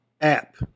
app